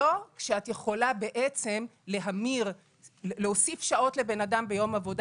לא כשאת יכולה להוסיף שעות ביום עבודה,